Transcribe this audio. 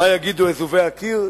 מה יגידו אזובי הקיר?